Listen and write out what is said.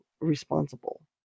responsible